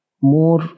more